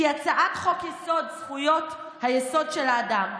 כי הצעת חוק-יסוד: זכויות היסוד של האדם,